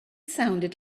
sounded